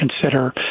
consider